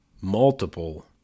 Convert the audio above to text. multiple